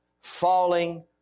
falling